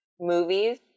movies